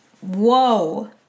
Whoa